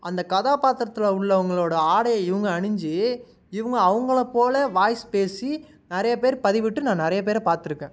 அந்த கதாப்பாத்திரத்தில் உள்ளவங்களோட ஆடையை இவங்க அணிந்து இவங்க அவங்கள போல வாய்ஸ் பேசி நிறைய பேர் பதிவிட்டு நான் நிறைய பேரை பார்த்துருக்கேன்